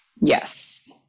Yes